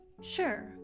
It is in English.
Sure